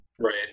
Right